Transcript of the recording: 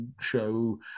show